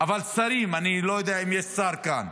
אבל שרים, אני לא יודע אם יש שר כאן.